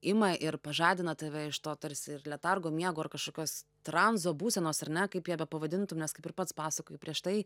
ima ir pažadina tave iš to tarsi ir letargo miego ar kažkokios tranzo būsenos ir ne kaip ją bepavadintum nes kaip ir pats pasakojai prieš tai